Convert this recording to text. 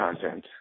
content